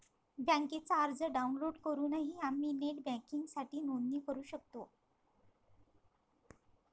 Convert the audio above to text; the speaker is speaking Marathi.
बँकेचा अर्ज डाउनलोड करूनही आम्ही नेट बँकिंगसाठी नोंदणी करू शकतो